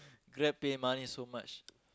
Grab pay money so much